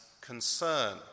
concern